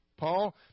Paul